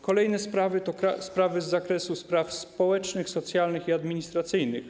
Kolejne sprawy to te z zakresu spraw społecznych, socjalnych i administracyjnych.